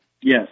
Yes